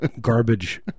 garbage